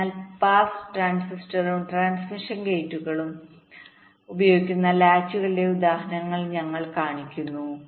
അതിനാൽ പാസ് ട്രാൻസിസ്റ്ററുകളും ട്രാൻസ്മിഷൻ ഗേറ്റുകളുംഉപയോഗിക്കുന്ന ലാച്ചുകളുടെ ഉദാഹരണങ്ങൾ ഞങ്ങൾ കാണിക്കുന്നു